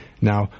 now